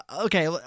okay